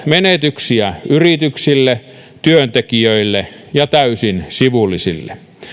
menetyksiä yrityksille työntekijöille ja täysin sivullisille